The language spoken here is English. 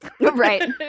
right